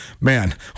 Man